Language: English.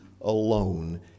alone